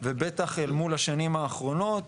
ובטח אל מול השנים האחרונות.